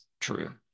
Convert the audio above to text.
true